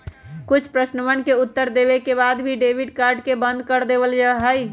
कुछ प्रश्नवन के उत्तर देवे के बाद में डेबिट कार्ड के बंद कर देवल जाहई